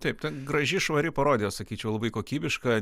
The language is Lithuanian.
taip ta graži švari parodija sakyčiau labai kokybiška